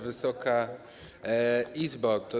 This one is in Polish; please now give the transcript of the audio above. Wysoka Izbo!